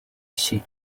sheep